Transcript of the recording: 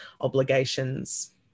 obligations